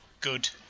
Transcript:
good